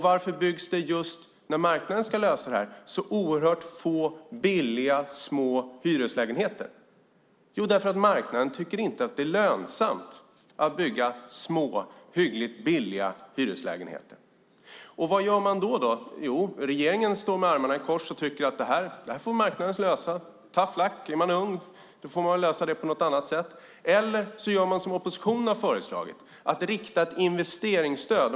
Varför byggs det så oerhört få billiga små hyreslägenheter när marknaden ska lösa bristen? Jo, därför att marknaden inte tycker att det är lönsamt att bygga små hyggligt billiga hyreslägenheter. Och då står regeringen med armarna i kors att tycker att det får marknaden lösa. Är man ung får man lösa det på något annat sätt. Alternativet är att man gör som oppositionen föreslagit, har ett riktat investeringsstöd.